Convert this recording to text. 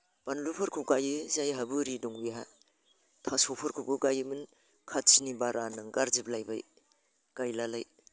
बानलुफोरखौ गायो जायहा बोरि दं बेहा थास'फोरखौबो गायोमोन खाथिनि बारा होनना गारजोबलायबाय गायलालाय